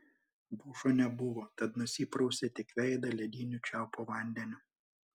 dušo nebuvo tad nusiprausė tik veidą lediniu čiaupo vandeniu